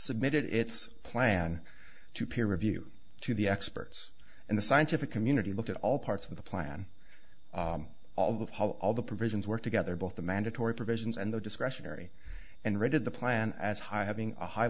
submitted its plan to peer review to the experts and the scientific community looked at all parts of the plan all of how all the provisions work together both the mandatory provisions and the discretionary and read of the plan as high having a high